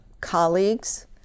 colleagues